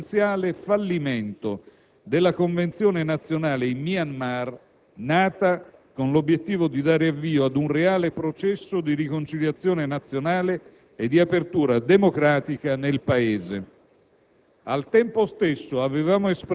ad effettuare un passo formale con l'ambasciata di Myanmar a Roma. Un passo in cui si era manifestato, anche sulla base di quanto comunicato da parte dei capi missione dell'Unione Europea residenti in Yangon,